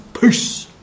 Peace